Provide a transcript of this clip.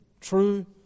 True